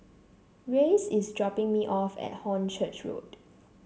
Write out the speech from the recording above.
Reyes is dropping me off at Hornchurch Road